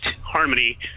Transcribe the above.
harmony